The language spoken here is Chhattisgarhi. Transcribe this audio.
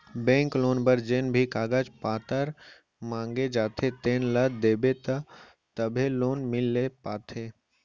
बेंक लोन बर जेन भी कागज पातर मांगे जाथे तेन ल देबे तभे लोन मिल पाथे